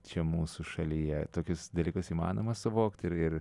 čia mūsų šalyje tokius dalykus įmanoma suvokt ir ir